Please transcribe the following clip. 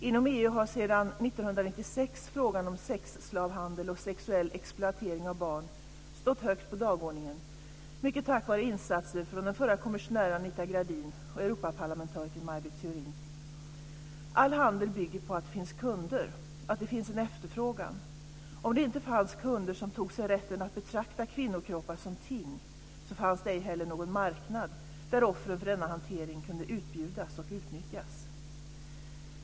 Inom EU har sedan 1996 frågan om sexslavhandel och sexuell exploatering av barn stått högt på dagordningen, mycket tack vare insatser från den förre kommissionären Anita Gradin och Europaparlamentarikern Maj Britt Theorin. All handel bygger på att det finns kunder och att det finns en efterfrågan. Om det inte fanns kunder som tog sig rätten att betrakta kvinnokroppar som ting, så fanns det ej heller någon marknad där offren för denna hantering kunde utbjudas och utnyttjas.